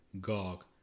Gog